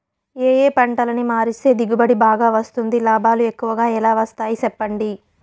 ఏ ఏ పంటలని మారిస్తే దిగుబడి బాగా వస్తుంది, లాభాలు ఎక్కువగా ఎలా వస్తాయి సెప్పండి